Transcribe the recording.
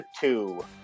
two